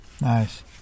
nice